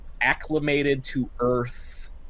acclimated-to-earth